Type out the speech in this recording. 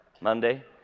Monday